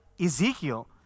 Ezekiel